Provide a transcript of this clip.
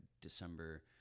december